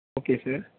okay sir